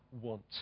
want